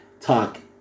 talk